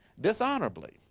dishonorably